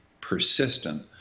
persistent